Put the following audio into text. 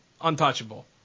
untouchable